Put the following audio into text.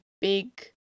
big